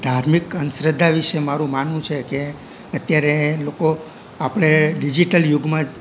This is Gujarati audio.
ધાર્મિક અંધશ્રદ્ધા વિશે મારું માનવું છે કે અત્યારે લોકો આપણે લોકો ડિજિટલ યુગમાં